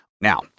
Now